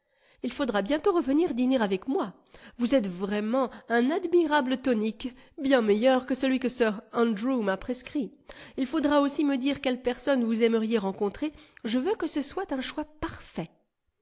il faudra bientôt revenir dîner avec moi vous êtes vraiment un admirable tonique bien meilleur que celui que sir andrew m'a prescrit il faudra aussi me dire quelles personnes vous aimeriez rencontrer je veux que ce soit un choix parfait